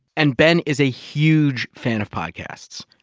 and ben is a huge fan of podcasts.